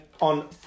on